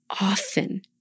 Often